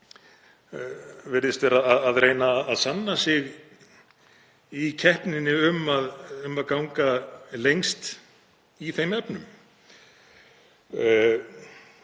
virðist vera að reyna að sanna sig í keppninni um að ganga lengst í þeim efnum,